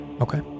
Okay